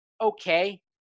okay